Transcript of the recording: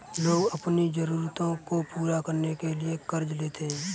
लोग अपनी ज़रूरतों को पूरा करने के लिए क़र्ज़ लेते है